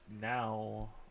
now